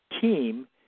team